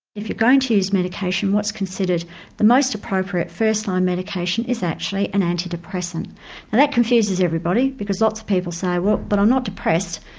if you're going to use medication, what's considered the most appropriate first line medication is actually an antidepressant. now and that confuses everybody because lots of people say well but i'm not depressed,